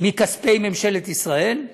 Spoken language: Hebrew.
מכספי ממשלת ישראל?